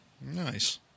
nice